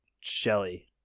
Shelly